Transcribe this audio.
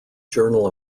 journal